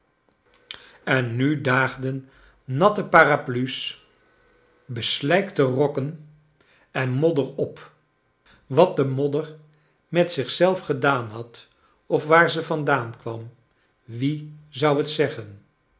en nu daagden nauo paraplu's beslijkte rokken en modder op wat de modder met zich zelf gedaan had of waar ze vandaan kwam wie zou het zeggen